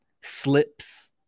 slips